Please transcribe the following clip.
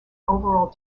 overall